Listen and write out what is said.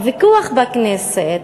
הוויכוח בכנסת,